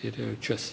terjajo čas.